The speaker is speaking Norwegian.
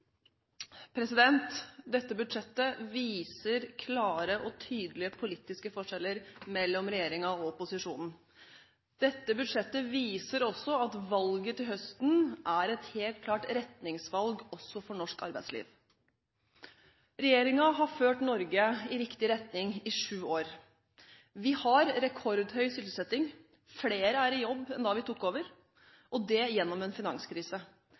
høsten er et helt klart retningsvalg også for norsk arbeidsliv. Regjeringen har ført Norge i riktig retning i sju år. Vi har rekordhøy sysselsetting. Flere er i jobb enn da vi tok over, og det gjennom en finanskrise.